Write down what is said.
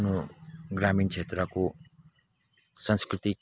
आफ्नो ग्रामीण क्षेत्रको सांस्कृतिक